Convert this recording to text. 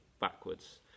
backwards